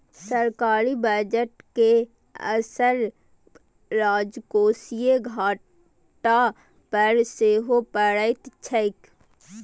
सरकारी बजट के असर राजकोषीय घाटा पर सेहो पड़ैत छैक